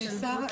תודה.